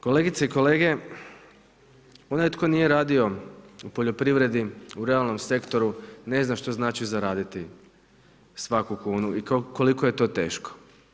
Kolegice i kolege, onaj tko nije radio u poljoprivredi, u realnom sektoru, ne zna što znači zaraditi svaku kunu i koliko je to teško.